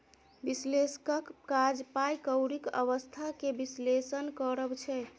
बिश्लेषकक काज पाइ कौरीक अबस्था केँ बिश्लेषण करब छै